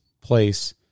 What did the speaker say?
place